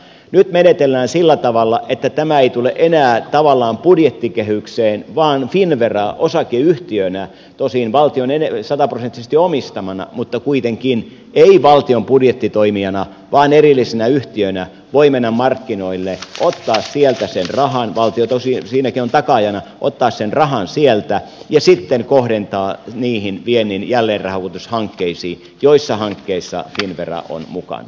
nyt menetellään sillä tavalla että tämä ei tule enää tavallaan budjettikehykseen vaan finnvera osakeyhtiönä tosin valtion sataprosenttisesti omistamana mutta kuitenkaan ei valtion budjettitoimijana vaan erillisenä yhtiönä voi mennä markkinoille ottaa sieltä sen rahan valtio tosin siinäkin on takaajana ja sitten kohdentaa niihin viennin jälleenrahoitushankkeisiin joissa hankkeissa finnvera on mukana